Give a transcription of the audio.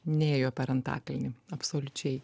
nėjo per antakalnį absoliučiai